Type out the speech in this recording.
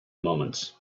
moments